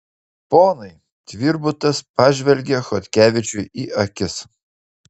ponai tvirbutas pažvelgia chodkevičiui į akis